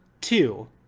two